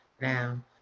now